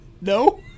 No